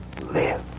live